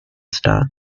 start